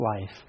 life